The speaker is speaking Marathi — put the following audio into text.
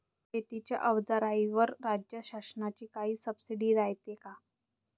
शेतीच्या अवजाराईवर राज्य शासनाची काई सबसीडी रायते का?